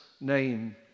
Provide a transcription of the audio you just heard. name